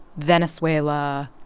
venezuela,